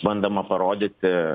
bandama parodyti